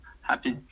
happy